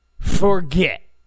Forget